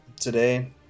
today